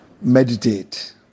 Meditate